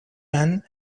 man